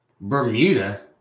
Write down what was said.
Bermuda